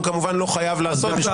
הוא כמובן לא חייב לעשות כך.